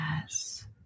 Yes